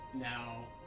Now